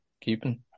Keeping